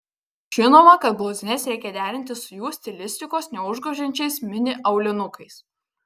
žinoma kad blauzdines reikia derinti su jų stilistikos neužgožiančiais mini aulinukais